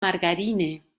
margarine